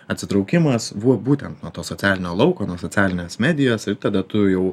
atsitraukimas buvo būtent nuo to socialinio lauko nuo socialinės medijos ir tada tu jau